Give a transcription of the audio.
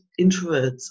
introverts